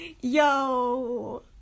Yo